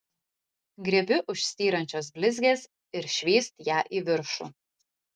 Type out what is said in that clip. griebiu už styrančios blizgės ir švyst ją į viršų